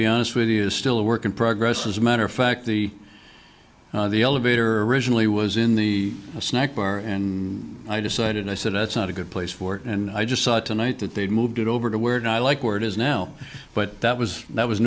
be honest with you is still a work in progress as a matter of fact the elevator originally was in the snack bar and i decided i said that's not a good place for it and i just saw it tonight that they'd moved it over to where not like were it is now but that was that was